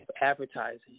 advertising